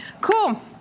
cool